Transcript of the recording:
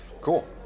cool